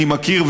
אני מכיר,